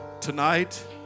Tonight